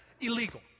illegal